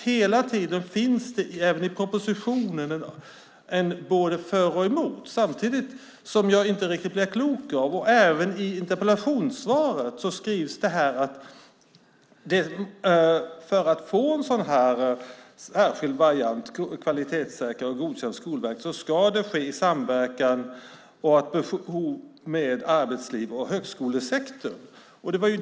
Hela tiden finns det, också i propositionen, både för och emot. Samtidigt skrivs det, och det blev jag inte riktigt klok på, i interpellationssvaret att för att få en särskild variant kvalitetssäkrad och godkänd av Skolverket ska det ske i samverkan med arbetslivet och högskolesektorn.